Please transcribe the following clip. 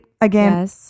again